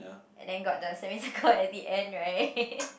and then got the semi circle at the end right